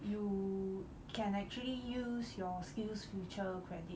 you can actually use your skillsfuture credit